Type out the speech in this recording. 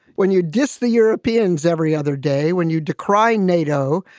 when you diss the europeans every other day, when you decry nato,